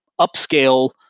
upscale